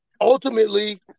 ultimately